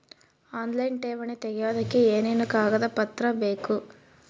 Online ಠೇವಣಿ ತೆಗಿಯೋದಕ್ಕೆ ಏನೇನು ಕಾಗದಪತ್ರ ಬೇಕು?